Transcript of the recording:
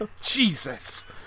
Jesus